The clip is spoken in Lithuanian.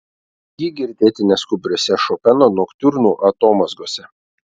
ji girdėti neskubriose šopeno noktiurnų atomazgose